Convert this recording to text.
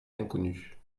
inconnue